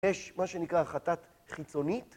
יש מה שנקרא חטאת חיצונית